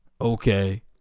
Okay